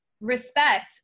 respect